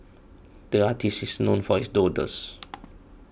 the artist is known for his doodles